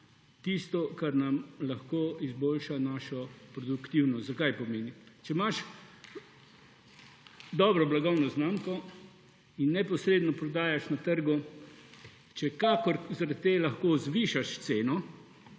tisto, kar nam lahko izboljša našo produktivnost. Zakaj? Če imaš dobro blagovno znamko in neposredno prodajaš na trgu, če kakorkoli zaradi te lahko zvišaš ceno